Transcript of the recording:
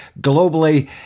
globally